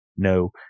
no